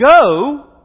Go